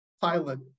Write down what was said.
pilot